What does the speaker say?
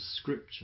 Scripture